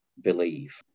believe